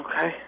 Okay